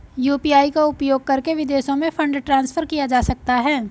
UPI का उपयोग करके विदेशों में फंड ट्रांसफर किया जा सकता है?